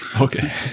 Okay